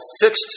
Fixed